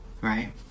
right